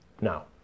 now